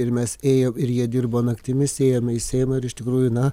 ir mes ėjom ir jie dirbo naktimis ėjome į seimą ir iš tikrųjų na